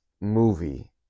movie